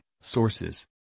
Sources